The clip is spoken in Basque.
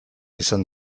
izan